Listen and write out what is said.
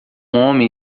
homem